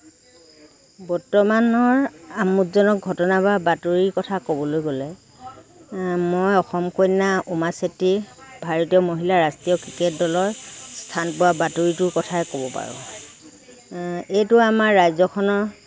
বৰ্তমানৰ আমোদজনক ঘটনা বা বাতৰিৰ কথা ক'বলৈ গ'লে মই অসম কন্যা উমা চেত্ৰী ভাৰতীয় মহিলা ৰাষ্ট্ৰীয় ক্ৰিকেট দলৰ স্থান পোৱা বাতৰিটোৰ কথাই ক'ব পাৰোঁ এইটো আমাৰ ৰাজ্যখনৰ